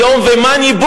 סיימת?